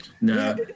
No